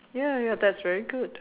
ya ya that's very good